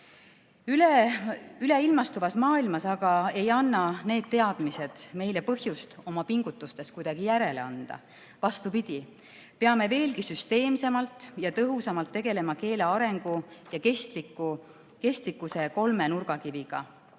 Üleilmastuvas maailmas aga ei anna need teadmised meile põhjust oma pingutustes kuidagi järele anda. Vastupidi, peame veelgi süsteemsemalt ja tõhusamalt tegelema keele arengu ja kestlikkuse kolme nurgakiviga.